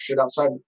outside